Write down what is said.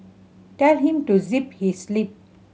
tell him to zip his lip